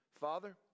Father